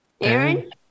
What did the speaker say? Aaron